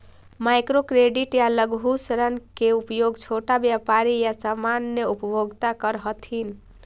micro credit या लघु ऋण के उपयोग छोटा व्यापारी या सामान्य उपभोक्ता करऽ हथिन